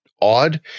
odd